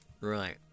Right